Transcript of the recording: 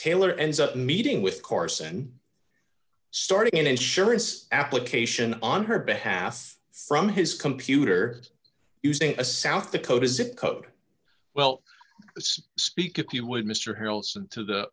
taylor ends up meeting with carson starting an insurance application on her behalf from his computer using a south dakota zip code well let's speak if you would mr harleston to the